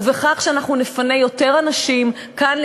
ובכך שאנחנו נפנה יותר אנשים כאן,